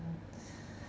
mm